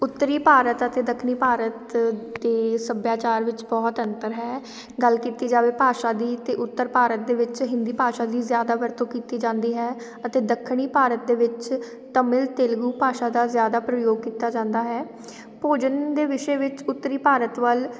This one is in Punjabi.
ਉੱਤਰੀ ਭਾਰਤ ਅਤੇ ਦੱਖਣੀ ਭਾਰਤ ਦੇ ਸੱਭਿਆਚਾਰ ਵਿੱਚ ਬਹੁਤ ਅੰਤਰ ਹੈ ਗੱਲ ਕੀਤੀ ਜਾਵੇ ਭਾਸ਼ਾ ਦੀ ਤਾਂ ਉੱਤਰ ਭਾਰਤ ਦੇ ਵਿੱਚ ਹਿੰਦੀ ਭਾਸ਼ਾ ਦੀ ਜ਼ਿਆਦਾ ਵਰਤੋਂ ਕੀਤੀ ਜਾਂਦੀ ਹੈ ਅਤੇ ਦੱਖਣੀ ਭਾਰਤ ਦੇ ਵਿੱਚ ਤਮਿਲ ਤੇਲਗੂ ਭਾਸ਼ਾ ਦੀ ਜ਼ਿਆਦਾ ਪ੍ਰਯੋਗ ਕੀਤਾ ਜਾਂਦਾ ਹੈ ਭੋਜਨ ਦੇ ਵਿਸ਼ੇ ਵਿੱਚ ਉੱਤਰੀ ਭਾਰਤ ਵੱਲ